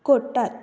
कोट्टात